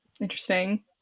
Interesting